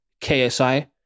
KSI